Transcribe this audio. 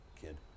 kid